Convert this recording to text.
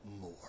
more